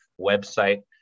website